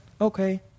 okay